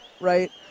right